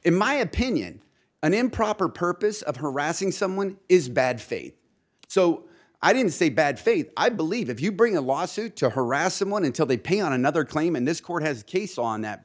in my opinion an improper purpose of harassing someone is bad faith so i didn't say bad faith i believe if you bring a lawsuit to harass someone until they pay out another claim and this court has a case on that